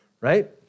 right